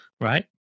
right